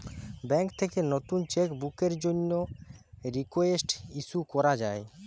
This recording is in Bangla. ব্যাঙ্ক থেকে নতুন চেক বুকের জন্যে রিকোয়েস্ট ইস্যু করা যায়